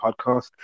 podcast